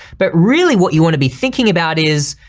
but really what you wanna be thinking about is,